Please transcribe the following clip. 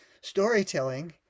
storytelling